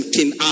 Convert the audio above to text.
King